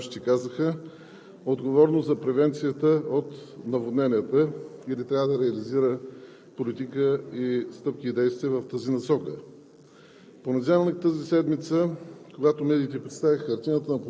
никакви изявления от МОСВ, което е министерството, както и преждеговорящите казаха, с отговорност за превенцията от наводнението и да трябва да реализира политика, стъпки и действия в тази насока.